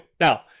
Now